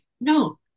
no